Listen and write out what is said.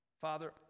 Father